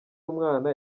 umwana